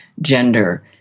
gender